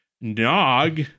Nog